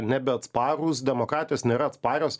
nebeatsparūs demokratijos nėra atsparios